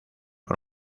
por